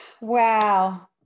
Wow